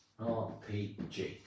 RPG